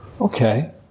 Okay